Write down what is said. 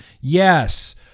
Yes